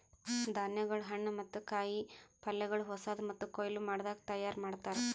ಧಾನ್ಯಗೊಳ್, ಹಣ್ಣು ಮತ್ತ ಕಾಯಿ ಪಲ್ಯಗೊಳ್ ಹೊಸಾದು ಮತ್ತ ಕೊಯ್ಲು ಮಾಡದಾಗ್ ತೈಯಾರ್ ಮಾಡ್ತಾರ್